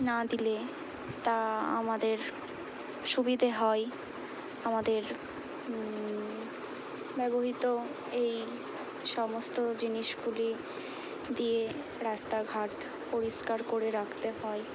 না দিলে তা আমাদের সুবিধে হয় আমাদের ব্যবহৃত এই সমস্ত জিনিসগুলি দিয়ে রাস্তাঘাট পরিষ্কার করে রাখতে হয়